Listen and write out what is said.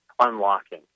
unlocking